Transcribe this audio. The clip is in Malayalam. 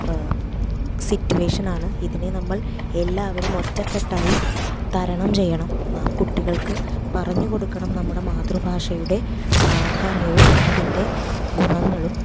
സിറ്റുവേഷനാണ് ഇതിനെ നമ്മൾ എല്ലാവരും ഒറ്റകെട്ടായി തരണം ചെയ്യണം നാം കുട്ടികൾക്ക് പറഞ്ഞ് കൊടുക്കണം നമ്മുടെ മാതൃഭാഷയുടെ പ്രാധാന്യവും അതിൻ്റെ ഗുണങ്ങളും